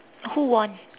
who won